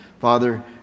Father